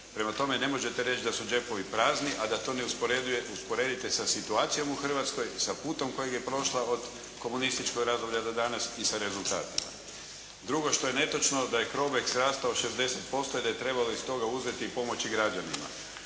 Prema tome, ne možete reći da su đepovi prazni a da to ne usporedite sa situacijom u Hrvatskoj, sa putom kojeg je prošla od komunističkog razdoblja do danas i sa rezultatima. Drugo što je netočno da je Crobex rastao 60% i da je trebalo iz toga uzeti i pomoći građanima.